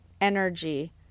energy